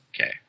Okay